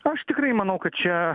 aš tikrai manau kad čia